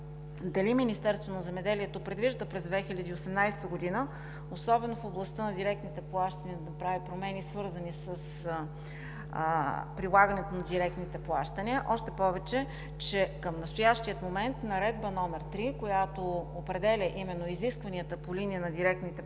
дали Министерството на земеделието предвижда през 2018 г., особено в областта на директните плащания, да прави промени, свързани с прилагането на директните плащания, още повече че към настоящия момент Наредба № 3, която определя именно изискванията по линия на директните плащания,